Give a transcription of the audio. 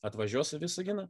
atvažiuos į visaginą